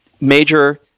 major